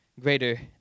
greater